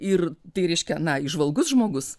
ir tai reiškia na įžvalgus žmogus